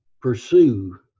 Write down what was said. pursue